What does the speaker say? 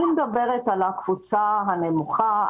אני מדברת על הקבוצה הנמוכה,